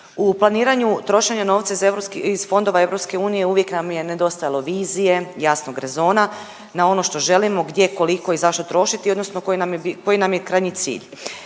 U planiranju trošenja novca iz Europskih, iz Fondova Europske unije uvijek nam je nedostajalo vizije, jasnog rezona, na ono što želimo, gdje, koliko i zašto trošiti odnosno koji nam je krajnji cilj.